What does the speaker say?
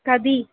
कति